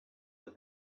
but